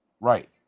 Right